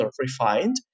refined